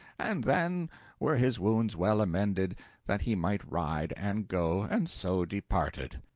and then were his wounds well amended that he might ride and go, and so departed.